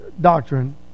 doctrine